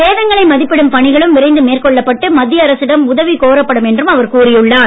சேதங்களை மதிப்பிடும் பணிகளும் விரைந்து மேற்கொள்ளப்பட்டு மத்திய அரசிடம் உதவி கோரப்படும் என்று அவர் கூறியுள்ளார்